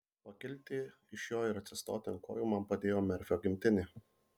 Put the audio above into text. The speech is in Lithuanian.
pakilti iš jo ir atsistoti ant kojų man padėjo merfio gimtinė